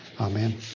Amen